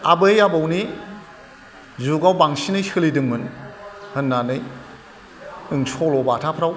आबै आबौनि जुगाव बांसिनै सोलिदोंमोन होननानै जों सल' बाथाफोराव